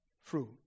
fruit